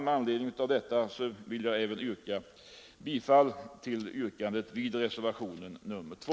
Med hänsyn till vad jag sist anfört ber jag även att få yrka bifall till reservationen 2.